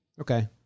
Okay